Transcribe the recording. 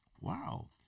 Wow